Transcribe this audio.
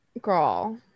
Girl